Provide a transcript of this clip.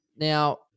Now